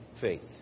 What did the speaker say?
faith